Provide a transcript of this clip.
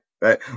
right